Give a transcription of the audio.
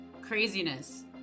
craziness